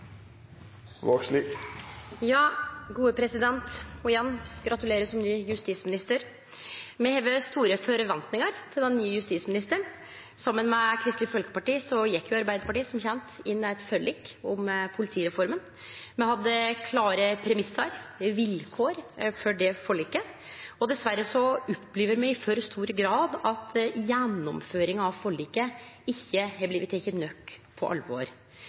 Igjen: Gratulerer som ny justisminister! Me har store forventningar til den nye justisministeren. Saman med Kristeleg Folkeparti inngjekk Arbeidarpartiet – som kjent – eit forlik om politireforma. Me hadde klare premissar – vilkår – for det forliket. Dessverre opplever me i for stor grad at gjennomføringa av forliket ikkje har blitt teke nok på alvor.